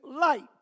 light